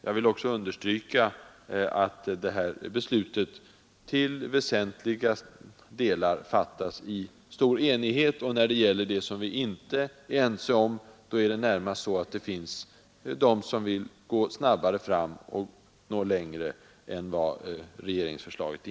Jag vill också understryka att det kommande beslutet till väsentliga delar fattas i stor enighet — och när vi inte är ense beror det på att vissa vill gå snabbare fram och nå längre än regeringsförslaget.